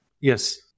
Yes